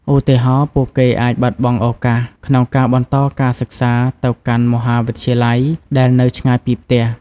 ឧទាហរណ៍ ពួកគេអាចបាត់បង់ឱកាសក្នុងការបន្តការសិក្សាទៅកាន់មហាវិទ្យាល័យដែលនៅឆ្ងាយពីផ្ទះ។